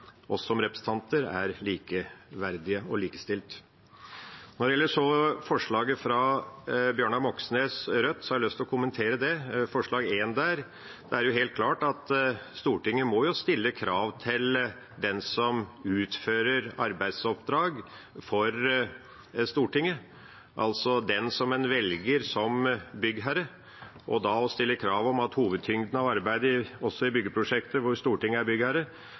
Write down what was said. oss som representanter er likeverdige og likestilt. Når det gjelder forslag nr. 1, fra Bjørnar Moxnes, Rødt, har jeg lyst til å kommentere det. Det er helt klart at Stortinget må stille krav til den som utfører arbeidsoppdrag for Stortinget, altså den en velger som byggherre. Å stille krav om at hovedtyngden av arbeidet, også i byggeprosjekter hvor Stortinget er